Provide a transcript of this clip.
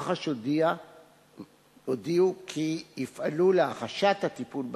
מח"ש הודיעו כי יפעלו להחשת הטיפול בתיק,